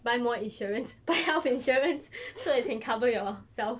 buy more insurance buy health insurance so that you can cover yourself